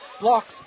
blocks